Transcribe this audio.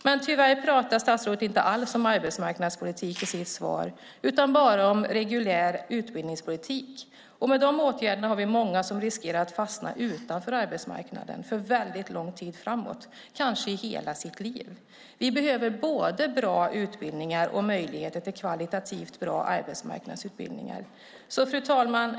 Men tyvärr pratar statsrådet inte alls om arbetsmarknadspolitik i sitt svar utan bara om reguljär utbildningspolitik. Och med de åtgärderna har vi många som riskerar att fastna utanför arbetsmarknaden för lång tid framöver, kanske i hela sina liv. Vi behöver både bra utbildningar och möjligheter till kvalitativt bra arbetsmarknadsutbildningar. Fru talman!